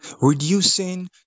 reducing